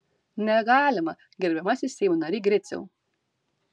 negalima gerbiamasis seimo nary griciau